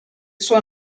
suo